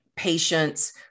patients